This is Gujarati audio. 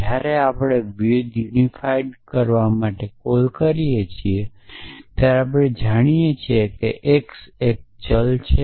જ્યારે આપણે વિવિધ યુનિફાઇડ કરવા માટે કોલ કરીએ છીએ ત્યારે આપણે જાણીએ છીએ કે એક્સ એક ચલ છે